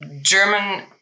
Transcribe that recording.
German